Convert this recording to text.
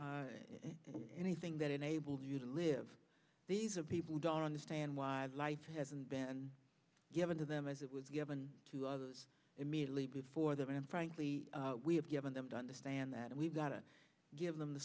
know anything that enables you to live these are people who don't understand why life hasn't been given to them as it was given to others immediately before them and frankly we have given them to understand that we've got to give them t